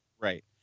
right